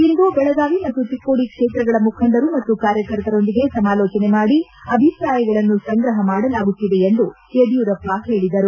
ಇಂದು ಬೆಳಗಾವಿ ಮತ್ತು ಚಿಕ್ಕೋಡಿ ಕ್ಷೇತ್ರಗಳ ಮುಖಂಡರು ಮತ್ತು ಕಾರ್ಯಕರ್ತರೊಂದಿಗೆ ಸಮಾಲೋಚನೆ ಮಾಡಿ ಅಭಿಪ್ರಾಯಗಳನ್ನು ಸಂಗ್ರಹ ಮಾಡಲಾಗುತ್ತಿದೆ ಎಂದು ಯಡಿಯೂರಪ್ಪ ಹೇಳಿದರು